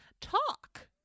talk